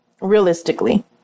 Realistically